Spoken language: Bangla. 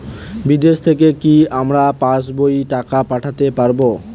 বিদেশ থেকে কি আমার পাশবইয়ে টাকা পাঠাতে পারবে?